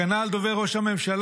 הגנה על דובר ראש הממשלה,